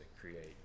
create